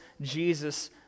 Jesus